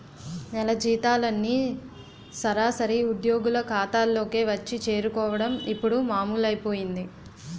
నెల జీతాలన్నీ సరాసరి ఉద్యోగుల ఖాతాల్లోకే వచ్చి చేరుకోవడం ఇప్పుడు మామూలైపోయింది